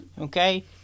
Okay